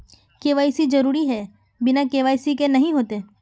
KYC जरुरी है बिना के.वाई.सी के नहीं होते?